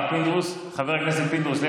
באיזו ועדה, הרב פינדרוס, חבר הכנסת פינדרוס?